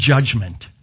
judgment